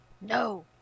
No